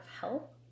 help